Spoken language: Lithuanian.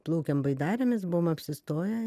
plaukėm baidarėmis buvom apsistoję